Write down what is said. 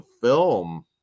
film